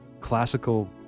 classical